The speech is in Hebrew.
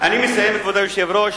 אני מסיים, כבוד היושב-ראש,